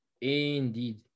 Indeed